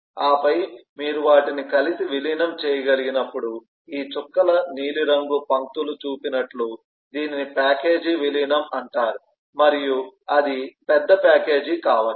ఆపై మీరు వాటిని కలిసి విలీనం చేయగలిగినప్పుడు ఈ చుక్కల నీలిరంగు పంక్తులు చూపినట్లు దీనిని ప్యాకేజీ విలీనం అంటారు మరియు అది పెద్ద ప్యాకేజీ కావచ్చు